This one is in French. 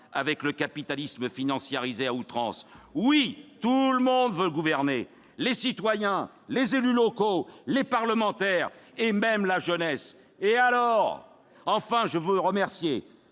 avec le capitalisme financiarisé à outrance. Oui, tout le monde veut gouverner : les citoyens, les élus locaux, les parlementaires et même la jeunesse ! Et alors ? Enfin, je veux remercier